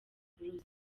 buruse